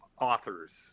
authors